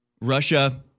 Russia